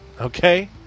Okay